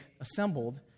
assembled